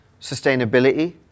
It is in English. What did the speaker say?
sustainability